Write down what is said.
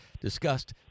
discussed